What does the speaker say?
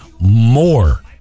More